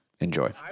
Enjoy